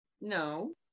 no